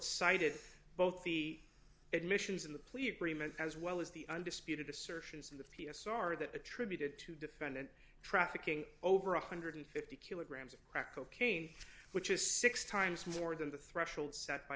cited both the admissions in the plea agreement as well as the undisputed assertions in the p s r that attributed to defendant trafficking over one hundred and fifty kilograms of crack cocaine which is six times more than the threshold set by